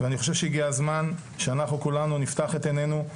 אני חושב שהגיע הזמן שאנחנו כולנו נפקח את עינינו,